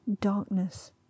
darkness